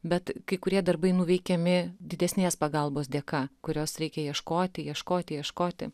bet kai kurie darbai nuveikiami didesnės pagalbos dėka kurios reikia ieškoti ieškoti ieškoti